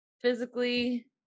physically